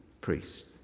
priest